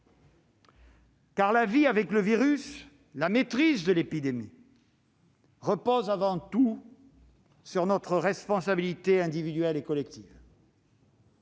Car la vie avec le virus, la maîtrise de l'épidémie reposent avant tout sur notre responsabilité individuelle et collective.